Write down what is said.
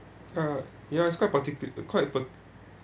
uh ya it's quite partic~ ah quite parti~